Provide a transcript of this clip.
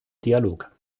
dialog